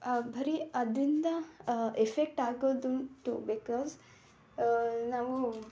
ಬರೀ ಅದರಿಂದ ಎಫೆಕ್ಟ್ ಆಗೋದುಂಟು ಬಿಕಾಸ್ ನಾವು